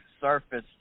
surface